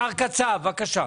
מר קצב, בבקשה.